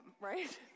right